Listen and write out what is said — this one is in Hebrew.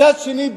מצד שני,